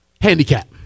handicap